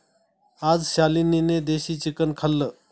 आज शालिनीने देशी चिकन खाल्लं